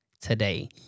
today